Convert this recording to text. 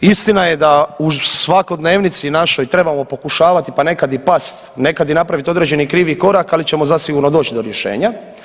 Istina je da u svakodnevnici našoj trebamo pokušavati, pa nekad i past, nekad i napraviti određeni krivi korak, ali ćemo zasigurno doći do rješenja.